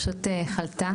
פשוט חלתה.